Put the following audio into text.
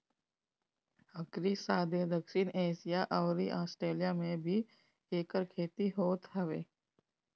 एकरी साथे दक्षिण एशिया अउरी आस्ट्रेलिया में भी एकर खेती होत हवे